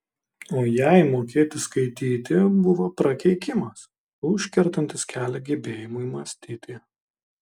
o jai mokėti skaityti buvo prakeikimas užkertantis kelią gebėjimui mąstyti